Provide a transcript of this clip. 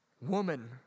woman